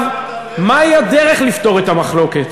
מהי הדרך לפתור את המחלוקת?